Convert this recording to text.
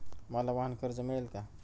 मला वाहनकर्ज मिळेल का?